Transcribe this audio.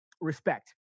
respect